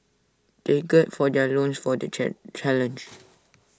they gird for their loins for the challenge